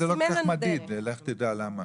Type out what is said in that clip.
זה לא מדיד כל כך, לך תדע למה,